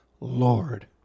Lord